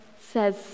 says